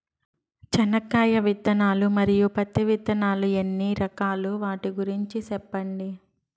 చెనక్కాయ విత్తనాలు, మరియు పత్తి విత్తనాలు ఎన్ని రకాలు వాటి గురించి సెప్పండి?